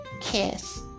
kiss